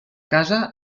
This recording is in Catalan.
casa